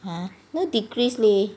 !huh! no decrease leh